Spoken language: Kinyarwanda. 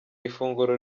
ifunguro